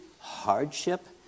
hardship